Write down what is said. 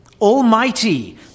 Almighty